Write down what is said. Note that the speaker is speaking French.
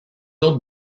autres